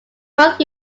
both